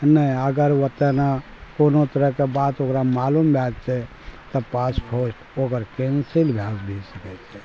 नहि अगर ओतय ना कोनो तरहके बात ओकरा मालूम भए जेतय तऽ पासपोर्ट ओकर कैंसिल भए भी सकय छै